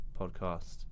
podcast